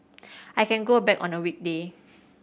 I can go back on a weekday